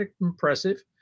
impressive